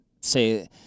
say